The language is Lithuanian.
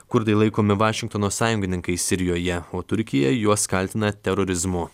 kurdai laikomi vašingtono sąjungininkais sirijoje o turkija juos kaltina terorizmu